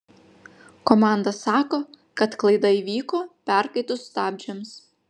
komanda sako kad klaida įvyko perkaitus stabdžiams